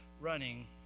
running